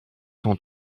s’en